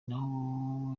naho